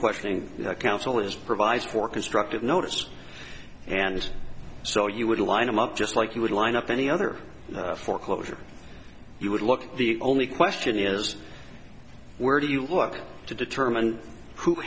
questioning counsel is provided for constructive notice and so you would line him up just like you would line up any other foreclosure you would look at the only question is where do you want it to determine who